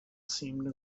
seemed